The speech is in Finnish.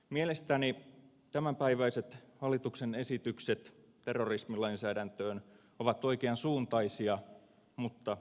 mielestäni tämänpäiväiset hallituksen esitykset terrorismilainsäädäntöön ovat oikean suuntaisia mutta riittämättömiä